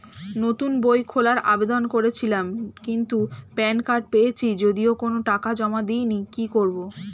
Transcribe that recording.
নতুন বই খোলার আবেদন করেছিলাম কিন্তু প্যান কার্ড পেয়েছি যদিও কোনো টাকা জমা দিইনি কি করব?